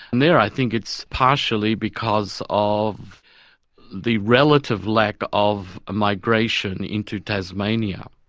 and there i think it's partially because of the relative lack of migration into tasmania.